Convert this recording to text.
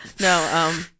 No